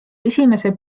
esimese